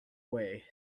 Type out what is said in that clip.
way